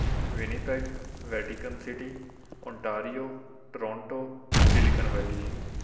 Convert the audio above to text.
Winnipeg Vatican city Ontario Toronto silicon valley